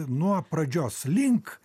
nuo pradžios link